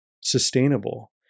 sustainable